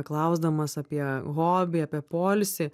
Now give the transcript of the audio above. klausdamas apie hobį apie poilsį